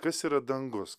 kas yra dangus